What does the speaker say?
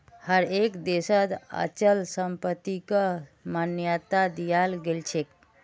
हर एक देशत अचल संपत्तिक मान्यता दियाल गेलछेक